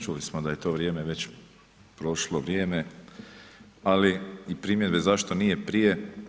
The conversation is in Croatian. Čuli smo da je to vrijeme već prošlo vrijeme, ali i primjedbe zašto nije prije.